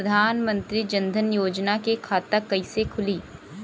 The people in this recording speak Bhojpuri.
प्रधान मंत्री जनधन योजना के खाता कैसे खुली?